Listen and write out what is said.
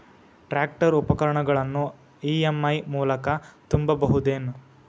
Tractor ಉಪಕರಣಗಳನ್ನು EMI ಮೂಲಕ ತುಂಬಬಹುದ ಏನ್?